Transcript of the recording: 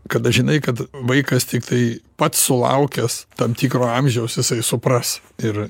kada žinai kad vaikas tiktai pats sulaukęs tam tikro amžiaus jisai supras ir